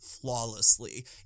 flawlessly